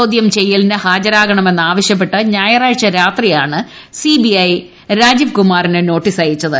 ചോദ്യം ചെയ്യലിന് ഹാജരാകണമെന്ന് ആവശ്യപ്പെട്ട് ഞായറാഴ്ച രാത്രിയാണ് സി ബി ഐ രാജീവ്കുമാറിന് നോട്ടീസ് അയച്ചത്